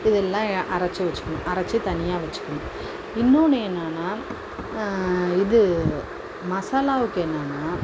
இதெல்லாம் அரைத்து வைச்சுக்கணும் அரைச்சு தனியாக வைச்சுக்கணும் இன்னொன்று என்னென்னா இது மசாலாவுக்கு என்னென்னா